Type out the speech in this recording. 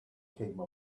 came